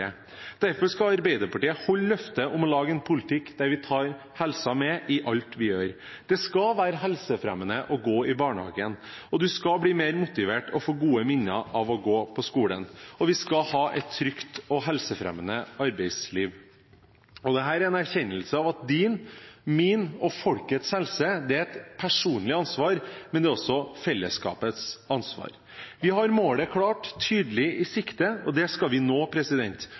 Derfor skal Arbeiderpartiet holde løftet om å ha en politikk der vi tar helsen med i alt vi gjør. Det skal være helsefremmende å gå i barnehagen, og man skal bli mer motivert og få gode minner av å gå på skolen. Vi skal ha et trygt og helsefremmende arbeidsliv. Dette er en erkjennelse av at din, min og folkets helse er et personlig ansvar, men det er også fellesskapets ansvar. Vi har målet klart og tydelig i sikte, og det skal vi nå: